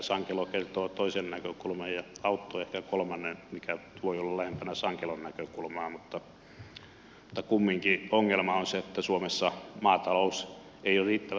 sankelo kertoo toisen näkökulman ja autto ehkä kolmannen mikä voi olla lähempänä sankelon näkökulmaa mutta kumminkin ongelma on se että suomessa maatalous ei ole riittävän tuottavaa